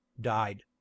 died